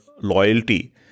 Loyalty